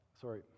sorry